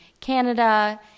Canada